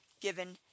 given